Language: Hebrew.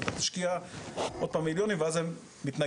אז תשקיע עוד פעם מיליונים ואז זה מתנגש